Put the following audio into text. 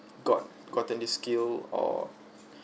got gotten this skill or